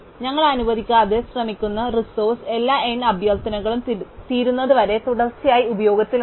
ഞങ്ങൾ അനുവദിക്കാൻ ശ്രമിക്കുന്ന റിസോഴ്സ് എല്ലാ n അഭ്യർത്ഥനകളും തീരുന്നതുവരെ തുടർച്ചയായി ഉപയോഗത്തിലുണ്ട്